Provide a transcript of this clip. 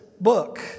book